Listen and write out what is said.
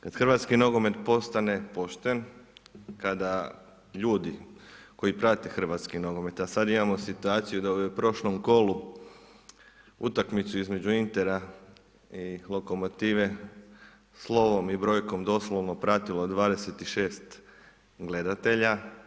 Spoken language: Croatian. Kad hrvatski nogomet postane pošten, kada ljudi koji prate hrvatski nogomet, a sada imamo situaciju da je ovdje u prošlom kolu utakmica između Intera i Lokomotive, slovom i brojkom doslovno pratilo 26 gledatelja.